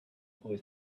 boy